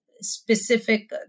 specific